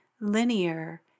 linear